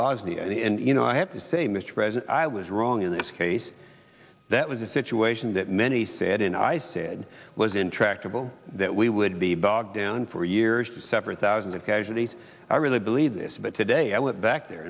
bosnia and you know i have to say mr president i was wrong in this case that was a situation that many said and i said was intractable that we would be bogged down for years several thousand casualties i really believe this but today i went back there